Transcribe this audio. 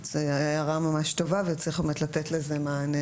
הערה ממש טובה וצריך באמת לתת לזה מענה.